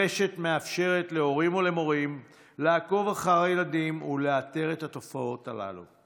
הרשת מאפשרת להורים ולמורים לעקוב אחר הילדים ולאתר את התופעות הללו.